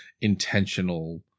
intentional